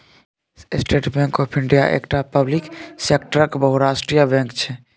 state Bank of India एकटा public सेक्टरक बहुराष्ट्रीय बैंक छै